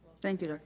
thank you,